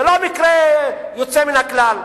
זה לא מקרה יוצא מן הכלל.